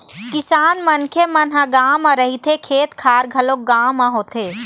किसान मनखे मन ह गाँव म रहिथे, खेत खार घलोक गाँव म होथे